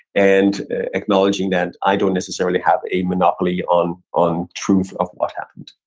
and acknowledging that i don't necessarily have a monopoly on on truth of what happened